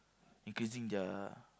increasing their